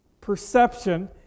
Perception